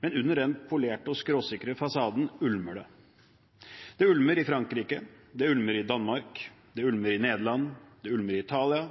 men under den polerte og skråsikre fasaden ulmer det. Det ulmer i Frankrike, det ulmer i Danmark, det ulmer i Nederland, det ulmer i Italia,